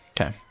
Okay